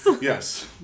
Yes